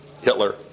Hitler